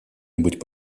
нибудь